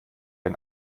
ein